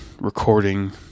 recording